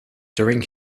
during